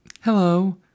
Hello